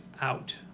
out